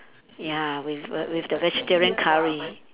ya with err with the vegetarian curry